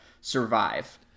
survive